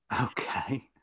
Okay